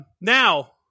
Now